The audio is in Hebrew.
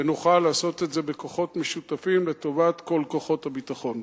ונוכל לעשות את זה בכוחות משותפים לטובת כל כוחות הביטחון.